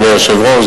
אדוני היושב-ראש,